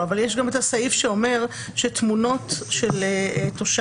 אבל יש גם את הסעיף שאומר שתמונות של תושב